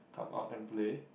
come out and play